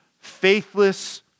faithless